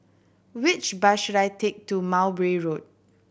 which bus should I take to Mowbray Road